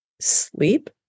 Sleep